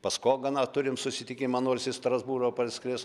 pas koganą turim susitikimą nors iš strasbūro parskris